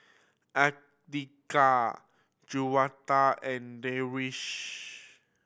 Andika Juwita and Darwish